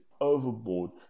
overboard